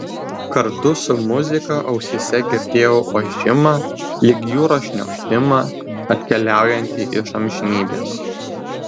kartu su muzika ausyse girdėjau ošimą lyg jūros šniokštimą atkeliaujantį iš amžinybės